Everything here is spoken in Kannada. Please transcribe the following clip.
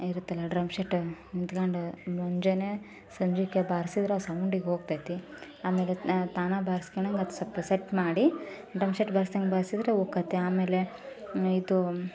ಇರ್ತಲ್ಲ ಡ್ರಮ್ ಶೆಟ್ ನಿಂತ್ಕೊಂಡು ಮುಂಜಾನೆ ಸಂಜೆಗೆ ಬಾರ್ಸಿದ್ರೆ ಸೌಂಡಿಗೆ ಹೋಗ್ತೈತಿ ಆಮೇಲೆ ತಾನೆ ಬಾರ್ಸ್ಕೊಳ್ಳೋಂಗೆ ಅದು ಸ್ವಲ್ಪ ಸೆಟ್ ಮಾಡಿ ಡ್ರಮ್ ಶೆಟ್ ಬಾರ್ಸ್ದಂಗೆ ಬಾರ್ಸಿದ್ರೆ ಹೋಗುತ್ತೆ ಆಮೇಲೆ ಇದು